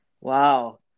Wow